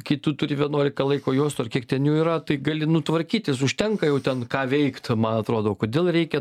kai tu turi vienuolika laiko juostų ar kiek ten jų yra tai gali nu tvarkytis užtenka jau ten ką veikt man atrodo o kodėl reikia